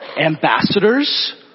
ambassadors